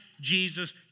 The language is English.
Jesus